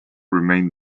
remained